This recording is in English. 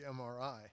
MRI